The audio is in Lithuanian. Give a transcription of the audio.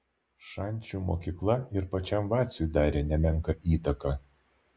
šančių mokykla ir pačiam vaciui darė nemenką įtaką